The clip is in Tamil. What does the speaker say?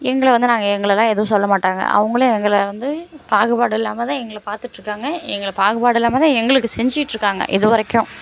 எங்களை வந்து நாங்கள் எங்களைலாம் எதுவும் சொல்ல மாட்டாங்க அவங்களும் எங்களை வந்து பாகுபாடு இல்லாமல் தான் எங்களை பார்த்துட்ருக்காங்க எங்களை பாகுபாடு இல்லாமல் தான் எங்களுக்கு செஞ்சிட்டுருக்காங்க இது வரைக்கும்